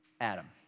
Adam